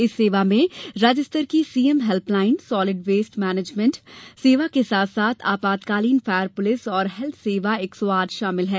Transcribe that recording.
इस सेवा में राज्य स्तर की CM helpline solid waste management सेवा के साथ साथ आपातकालीन फायर पुलिस और हेल्थसेवा एक सौ आठ शामिल हैं